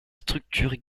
structure